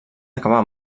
acabar